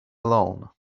alone